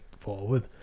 forward